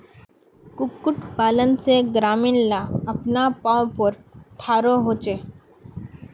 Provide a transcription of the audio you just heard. कुक्कुट पालन से ग्रामीण ला अपना पावँ पोर थारो होचे